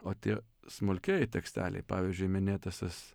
o tie smulkieji teksteliai pavyzdžiui minėtasis